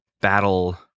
battle